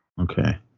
Okay